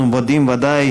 אנחנו ודאי